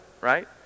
right